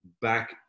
back